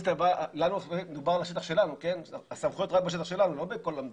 לנו יש סמכויות רק בשטח שלנו, לא בכל המדינה.